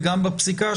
וגם בפסיקה,